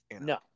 No